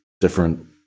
different